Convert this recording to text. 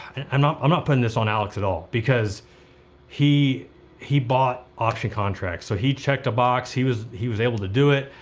and i'm not i'm not putting this on alex at all because he he bought option contracts. so he checked a box. he was he was able to do it.